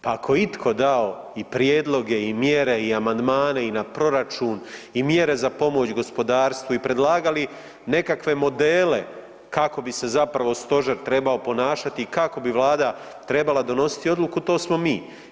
Pa ako je itko dao i prijedloge i mjere i amandmane i na proračun i mjere za pomoć gospodarstvu i predlagali nekakve modele kako bi se zapravo stožer trebao ponašati i kako bi Vlada trebala donositi odluku to smo mi.